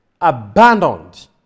abandoned